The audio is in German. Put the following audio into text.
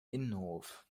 innenhof